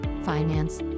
finance